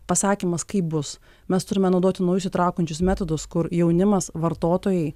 pasakymas kaip bus mes turime naudoti naujus įtraukiančius metodus kur jaunimas vartotojai